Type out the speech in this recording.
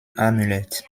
amulet